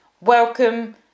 welcome